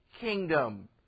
kingdom